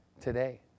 today